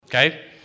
Okay